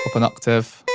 an octave.